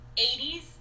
80s